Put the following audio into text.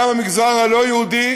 גם במגזר הלא-יהודי,